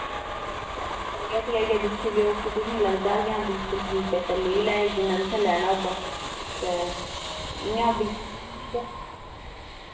ते आइयै तुस दिक्खी लैयो ते आं तुसेंगी लगदा कि बिल्कुल ठीक ऐ ते अच्छा लेई लैयो जिन्ना तुसें लैना होगा तां ते इंया बिल्कुल